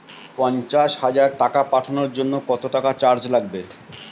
পণ্চাশ হাজার টাকা পাঠানোর জন্য কত টাকা চার্জ লাগবে?